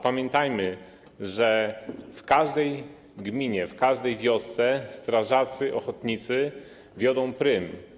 Pamiętajmy, że w każdej gminie, w każdej wiosce strażacy ochotnicy wiodą prym.